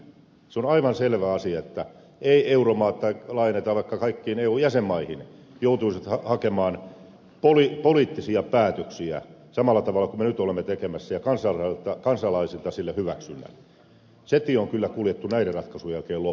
se on aivan selvä asia että euromaat tai laajennetaan vaikka kaikkiin eu jäsenmaihin joutuisivat hakemaan poliittisia päätöksiä samalla tavalla kuin me nyt olemme tekemässä ja kansalaisilta sille hyväksynnän ja se tie on kyllä kuljettu näiden ratkaisujen jälkeen loppuun